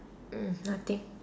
mm nothing